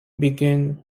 began